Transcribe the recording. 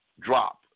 drop